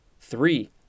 Three